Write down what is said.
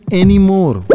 anymore